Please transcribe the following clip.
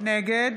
נגד